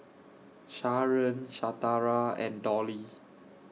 Sharen Shatara and Dolly